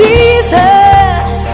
Jesus